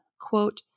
quote